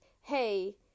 hey